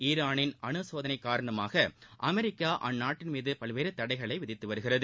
ஈரானின் அனு சோதனை காரணமாக அமெரிக்கா அந்நாட்டின் மீது பல்வேறு தடைகளை விதித்து வருகிறது